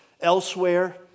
elsewhere